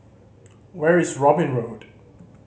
where is Robin Road